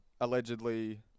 allegedly